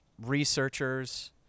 researchers